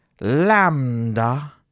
Lambda